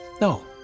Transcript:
No